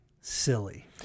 silly